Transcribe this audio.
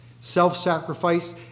Self-sacrifice